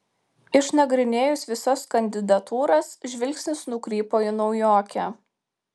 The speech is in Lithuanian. išnagrinėjus visas kandidatūras žvilgsnis nukrypo į naujokę